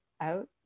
out